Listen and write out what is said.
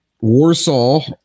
Warsaw